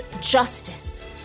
justice